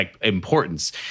importance